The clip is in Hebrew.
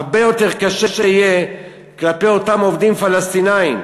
הרבה יותר קשה, יהיה כלפי אותם עובדים פלסטינים.